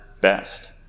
best